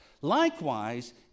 Likewise